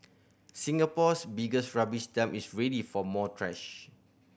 Singapore's biggest rubbish dump is ready for more trash